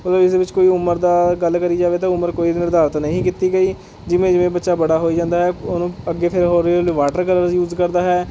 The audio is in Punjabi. ਇਸ ਦੇ ਵਿੱਚ ਕੋਈ ਉਮਰ ਦਾ ਗੱਲ ਕਰੀ ਜਾਵੇ ਤਾਂ ਉਮਰ ਕੋਈ ਨਿਰਧਾਰਤ ਨਹੀਂ ਕੀਤੀ ਗਈ ਜਿਵੇਂ ਜਿਵੇਂ ਬੱਚਾ ਬੜਾ ਹੋਈ ਜਾਂਦਾ ਹੈ ਉਹ ਅੱਗੇ ਫਿਰ ਹੋਰ ਵੀ ਵਾਟਰਕਲਰਜ ਯੂਜ਼ ਕਰਦਾ ਹੈ